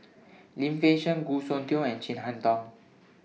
Lim Fei Shen Goh Soon Tioe and Chin Harn Tong